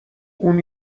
اون